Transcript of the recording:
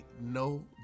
no